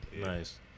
Nice